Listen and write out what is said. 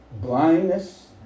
blindness